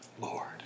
Lord